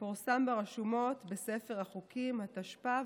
ופורסם ברשומות בספר החוקים התשפ"ב,